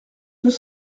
deux